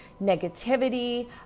negativity